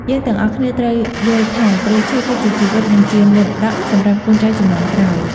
យើងទាំងអស់គ្នាត្រូវយល់ថាព្រៃឈើគឺជាជីវិត និងជាមរតកសម្រាប់កូនចៅជំនាន់ក្រោយ។